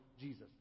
Jesus